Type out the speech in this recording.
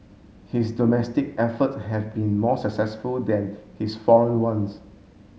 his domestic efforts have been more successful than his foreign ones